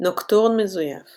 נוקטורן מזויף